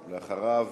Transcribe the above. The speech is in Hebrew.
ואחריו,